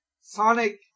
Sonic